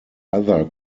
other